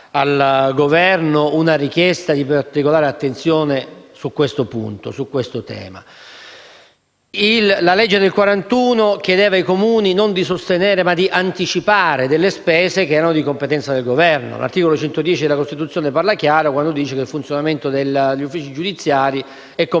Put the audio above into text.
La legge del 1941 chiedeva ai Comuni non di sostenere, ma di anticipare delle spese che erano di competenza del Governo. L'articolo 110 della Costituzione parla chiaro quando dice che il funzionamento degli uffici giudiziari è di competenza